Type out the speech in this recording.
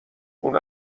اون